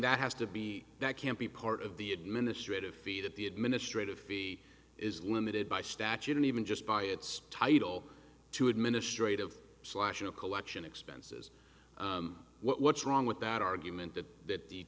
that has to be that can't be part of the administrative fee that the administrative fee is limited by statute and even just by its title to administrative slashing of collection expenses what's wrong with that argument that that the